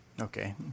Okay